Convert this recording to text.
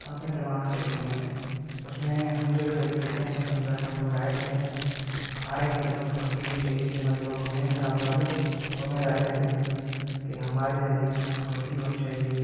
और अपने दिमाग से खेलें उसमें हम जो खेल खेलते हैं हमें समझा के हमें वो राय देते हैं हमारे खेल में फुर्ती होनी चाहिए जो हमारे लोग हैं ग्रामीण वाले वो हमें राय देते हैं की हमारे शरीर में फुर्ती होनी चाहिए